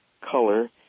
color